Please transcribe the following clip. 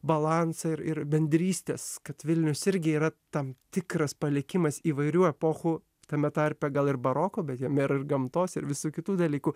balansą ir ir bendrystės kad vilnius irgi yra tam tikras palikimas įvairių epochų tame tarpe gal ir baroko bet jame yra ir gamtos ir visų kitų dalykų